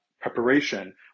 preparation